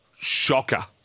shocker